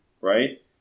Right